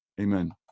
amen